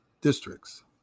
districts